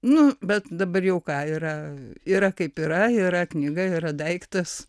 nu bet dabar jau ką yra yra kaip yra yra knyga yra daiktas